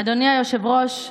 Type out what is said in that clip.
אדוני היושב-ראש,